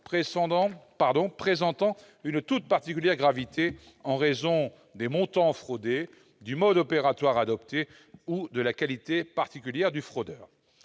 présentant une toute particulière gravité en raison des montants fraudés, du mode opératoire adopté ou de la qualité particulière du fraudeur.